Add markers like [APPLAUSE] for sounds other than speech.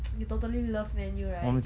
[NOISE] you totally love man U right